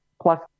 Plus